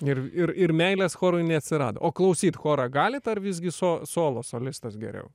ir ir ir meilės chorui neatsirado o klausyt chorą galit ar visgi so solo solistas geriau